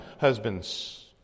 husbands